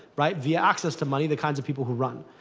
right, via access to money, the kinds of people who run.